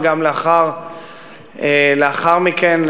וגם לאחר מכן,